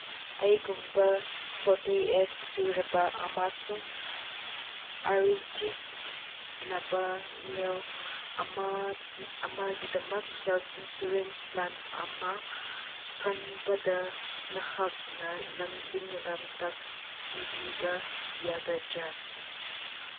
ꯑꯩꯒꯨꯝꯕ forty age ꯁꯨꯔꯕ ꯑꯃꯁꯨꯡ arthritis ꯅꯕ ꯃꯤꯌꯧ ꯑꯃꯒꯤꯗꯃꯛ ꯍꯦꯜꯠ ꯏꯟꯁꯨꯔꯦꯟꯁ ꯄ꯭ꯂꯥꯟ ꯑꯃ ꯀꯟꯕꯗ ꯅꯍꯥꯛꯅ ꯂꯝꯖꯤꯡ ꯂꯝꯇꯥꯛ ꯄꯤꯕꯤꯕ ꯌꯥꯒꯗ꯭ꯔꯥ